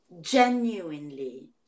genuinely